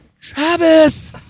Travis